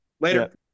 Later